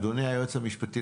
אדוני היועץ המשפטי,